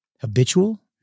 habitual